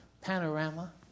panorama